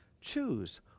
Choose